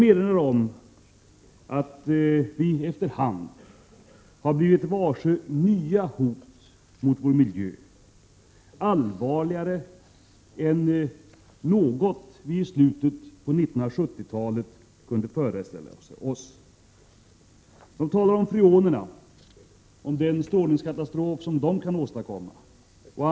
De menar att vi i Sverige efter hand har blivit varse nya hot mot vår miljö som är allvarligare än vad vi kunde föreställa oss i slutet av 70-talet. Man talar om freonerna och om den strålningskatastrof dessa skulle kunna medverka till.